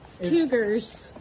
cougars